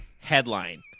headline